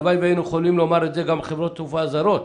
הלוואי והיינו יכולים לומר את זה גם על חברות התעופה הזרות.